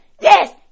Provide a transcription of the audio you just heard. yes